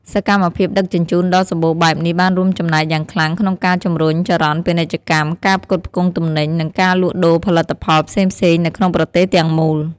សកម្មភាពដឹកជញ្ជូនដ៏សម្បូរបែបនេះបានរួមចំណែកយ៉ាងខ្លាំងក្នុងការជំរុញចរន្តពាណិជ្ជកម្ម ការផ្គត់ផ្គង់ទំនិញ និងការលក់ដូរផលិតផលផ្សេងៗនៅក្នុងប្រទេសទាំងមូល។